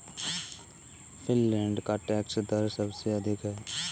Finland का tax दर सबसे अधिक है